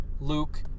Luke